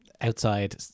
outside